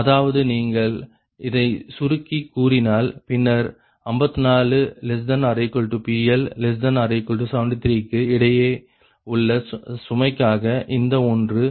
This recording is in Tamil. அதாவது நீங்கள் இதை சுருக்கிக்கூறினால் பின்னர் 54≤PL≤73 க்கு இடையில் உள்ள சுமைக்காக இந்த ஒன்று λ0